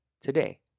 today